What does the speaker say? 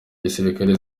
gisirikare